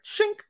shink